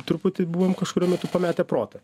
truputį buvom kažkuriuo metu pametę protą